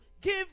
give